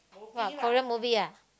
!wah! Korean movie ah